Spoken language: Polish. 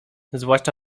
zwłaszcza